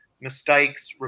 mistakes